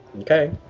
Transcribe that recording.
Okay